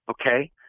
okay